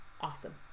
awesome